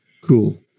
Cool